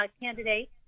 candidate